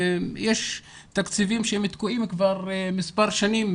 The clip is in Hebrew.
יש תקציבים שהם תקועים כבר מספר שנים,